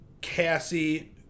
Cassie